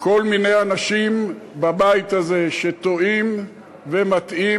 כל מיני אנשים בבית הזה שטועים ומטעים.